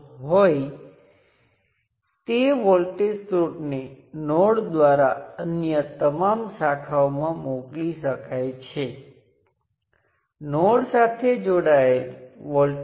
અહીં હું જે ધ્રુવીયતાને માપું છું તે એક ધન અને એક ઋણ છે તેથી જ હું વોલ્ટેજને માપું છું અને આવી રીતે આપણે તેને સમકક્ષ મૂકવું જોઈએ અને આ રીતે તમે રેઝિસ્ટન્સને માપો છો